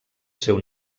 seu